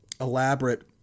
elaborate